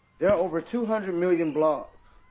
there are over two hundred million blogs.